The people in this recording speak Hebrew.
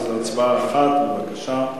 אז הצבעה אחת, בבקשה.